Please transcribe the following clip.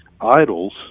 idols